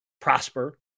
prosper